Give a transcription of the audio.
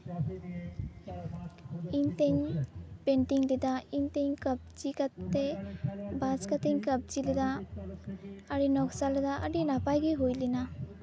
ᱤᱧ ᱛᱤᱧ ᱯᱮᱱᱴᱤᱝ ᱞᱮᱫᱟ ᱤᱧ ᱛᱮᱧ ᱠᱟᱢᱪᱤ ᱠᱟᱛᱮᱜ ᱵᱷᱟᱡᱽ ᱠᱟᱛᱮᱜ ᱤᱧ ᱠᱟᱢᱪᱤ ᱞᱮᱫᱟ ᱟᱨ ᱤᱧ ᱱᱚᱠᱥᱟ ᱞᱮᱫᱟ ᱟᱹᱰᱤ ᱱᱟᱯᱟᱭ ᱜᱮ ᱦᱩᱭ ᱞᱮᱱᱟ